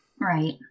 Right